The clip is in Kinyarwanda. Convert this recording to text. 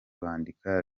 bakandika